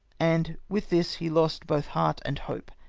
and with this he lost both heart and hope.